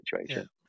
situation